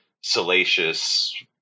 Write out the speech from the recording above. salacious